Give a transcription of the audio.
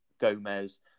Gomez